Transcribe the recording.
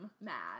mad